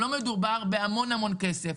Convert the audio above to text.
לא מדובר בהמון כסף,